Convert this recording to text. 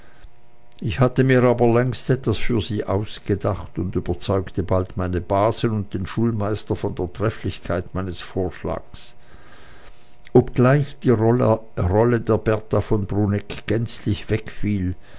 ich hatte mir aber längst etwas für sie ausgedacht und überzeugte bald meine basen und den schulmeister von der trefflichkeit meines vorschlages obgleich die rolle der berta von bruneck gänzlich wegfiel